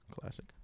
Classic